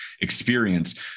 experience